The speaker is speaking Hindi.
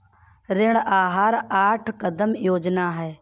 ऋण आहार आठ कदम योजना है